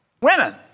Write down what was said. Women